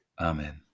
amen